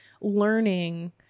learning